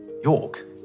York